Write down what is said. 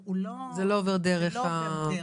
זה לא עובר דרך המטופל.